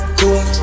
cool